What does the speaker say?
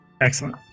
Excellent